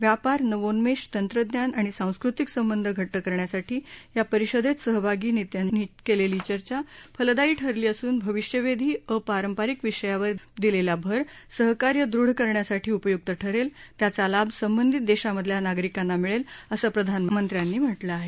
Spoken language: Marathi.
व्यापार नवोन्मेश तंत्रज्ञान आणि सांस्कृतिक संबंध घट्ट करण्यासाठी या परिषदेत सहभागी नेत्यांनी केलेली चर्चा फलदायी असून भाविष्यवेधी अपारंपरिक विषयांवर दिलेला भर सहकार्य दृढ करण्यासाठी उपयुक्त ठरेल त्याचा लाभ संबंधित देशांमधल्या नागरिकांना मिळेल असं प्रधानमंत्र्यांनी म्हटलं आहे